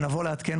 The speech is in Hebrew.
שנבוא לעדכן,